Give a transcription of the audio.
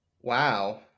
Wow